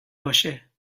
باشه